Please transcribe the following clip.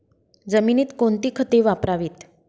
जमिनीत कोणती खते वापरावीत?